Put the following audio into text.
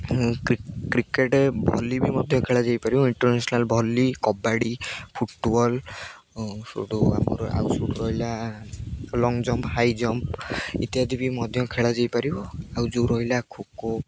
cricket volley ବି ମଧ୍ୟ ଖେଳା ଯାଇପାରିବ ଇଣ୍ଟରନ୍ୟାସନାଲ୍ ଭଲି କବାଡ଼ି ଫୁଟବଲ୍ ସେଇଠୁ ଆମର ଆଉ ସେଇଠୁ ରହିଲା ଲଙ୍ଗ ଜମ୍ପ ହାଇ ଜମ୍ପ ଇତ୍ୟାଦି ବି ମଧ୍ୟ ଖେଳା ଯାଇପାରିବ ଆଉ ଯେଉଁ ରହିଲା ଖୋଖୋ